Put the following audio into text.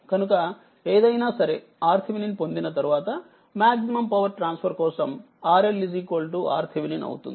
కనుక ఏదయినాసరే RThevenin పొందిన తర్వాత మాక్సిమం పవర్ ట్రాన్స్ఫర్ కోసం RL RThevenin అవుతుంది